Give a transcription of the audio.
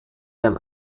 seinem